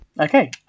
Okay